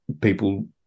people